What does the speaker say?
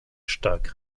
stark